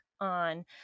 on